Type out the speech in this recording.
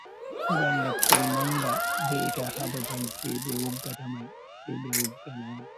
Heban leppol manga, ve'ita ha babal je be woggata mai sai be wogga laaba.